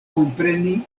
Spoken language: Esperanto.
kompreni